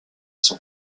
son